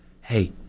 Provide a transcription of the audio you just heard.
Hey